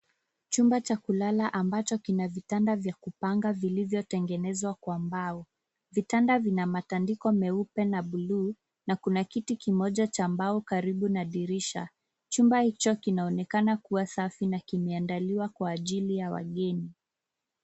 Chumba cha kulala ambacho kina vitanda cha kupanga vilivyotegenezwa kwa mbao. Vitanda vina matandiko meupe na bluu na kuna kiti kimoja cha mbao karibu na dirisha. Chumba hicho kianaonekana kuwa safi na kimeandaliwa kwa ajili ya wageni.